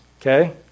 okay